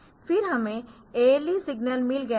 फिर हमें ALE signal मिल गया है